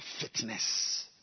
fitness